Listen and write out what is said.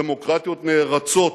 דמוקרטיות נערצות,